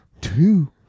Two